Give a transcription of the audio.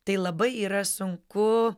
tai labai yra sunku